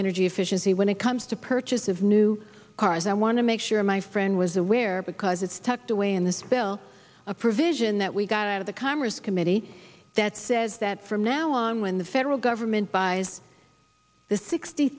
energy efficiency when it comes to purchase of new cars i want to make sure my friend was aware because it's tucked away in the spill a provision that we got out of the commerce committee that says that from now on when the federal government buys the sixty